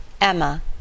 emma